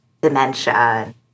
dementia